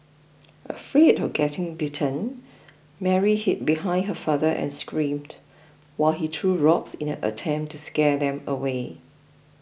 afraid of getting bitten Mary hid behind her father and screamed while he threw rocks in an attempt to scare them away